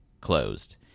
Closed